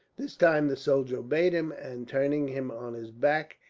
this time the soldier obeyed him and, turning him on his back,